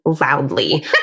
loudly